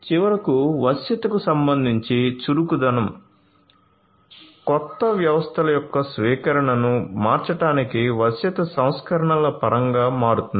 చివరకు వశ్యతకు సంబంధించి చురుకుదనం క్రొత్త వ్యవస్థల యొక్క స్వీకరణను మార్చడానికి వశ్యత సంస్కరణల పరంగా మారుతుంది